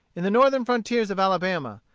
in the northern frontiers of alabama,